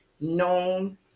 known